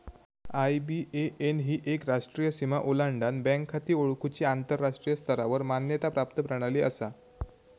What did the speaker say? IBAN ही एक राष्ट्रीय सीमा ओलांडान बँक खाती ओळखुची आंतराष्ट्रीय स्तरावर मान्यता प्राप्त प्रणाली असा